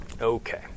Okay